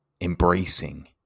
embracing